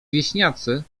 wieśniacy